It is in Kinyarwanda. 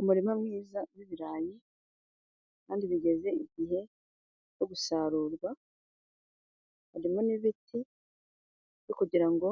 Umurima mwiza w'ibirayi kandi bigeze igihe cyo gusarurwa harimo n'ibiti byo kugira ngo